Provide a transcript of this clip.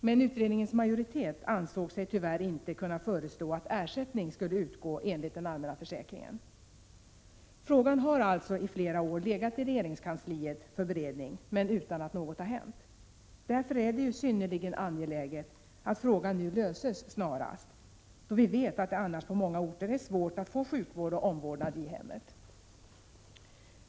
Men utredningens majoritet ansåg sig tyvärr inte kunna föreslå att ersättning skulle utgå enligt den allmänna försäkringen. Frågan har alltså i flera år legat i regeringskansliet för beredning, men utan att något har hänt. Därför är det synnerligen angeläget att frågan nu löses snarast, då vi vet att det annars på många orter är svårt att få sjukvård och omvårdnad i hemmet.